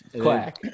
quack